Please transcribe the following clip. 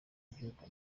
kubyuka